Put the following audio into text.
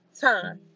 time